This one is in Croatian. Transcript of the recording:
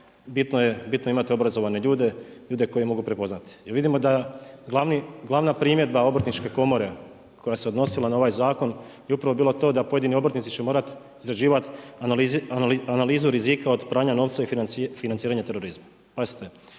bitno je imati obrazovanje ljude, ljude koje mogu prepoznati. I vidimo da glavna primjedba Obrtničke komore koja se odnosila na ovaj zakon je upravo bila to da pojedini obrtnici će morati izrađivati, analizu rizika od pranja novca i financiranja terorizma.